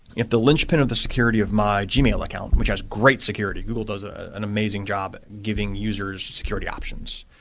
if the lynchpin of the security of my gmail account, which has great security. google does ah an amazing job at giving users security options,